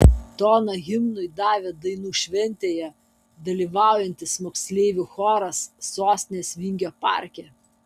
toną himnui davė dainų šventėje dalyvaujantis moksleivių choras sostinės vingio parke